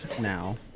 now